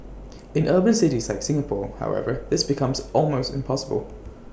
in urban cities like Singapore however this becomes almost impossible